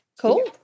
cool